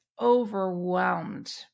overwhelmed